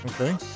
Okay